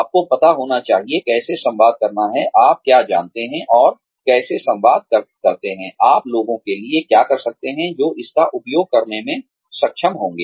आपको पता होना चाहिए कैसे संवाद करना है आप क्या जानते हैं और कैसे संवाद करते हैं आप लोगों के लिए क्या कर सकते हैं जो इसका उपयोग करने में सक्षम होंगे